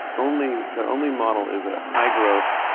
only, their only model is a high-growth,